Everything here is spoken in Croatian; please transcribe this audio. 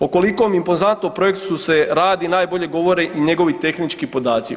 O koliko impozantnom projektu se radi najbolje govore i njegovi tehnički podaci.